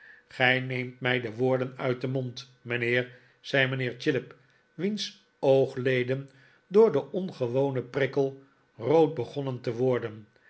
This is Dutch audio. gij neemt mij de woorden uit den mond mijnheer zei mijnheer chillip wiens oogleden door den ongewonen prikkel rood begonnen te worden